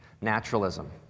Naturalism